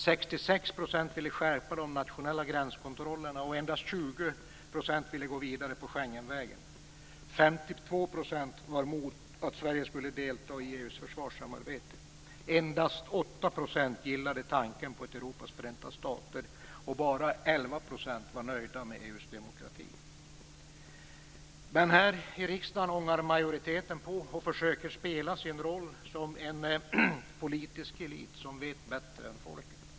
66 % ville skärpa de nationella gränskontrollerna, och endast 20 % ville gå vidare på Schengenvägen. 52 % var mot att Sverige skulle delta i EU:s försvarssamarbete. Endast 8 % gillade tanken på ett Europas förenta stater, och bara 11 % var nöjda med EU:s demokrati. Men här i riksdagen ångar majoriteten på och försöker spela sin roll som en politisk elit som vet bättre än folket.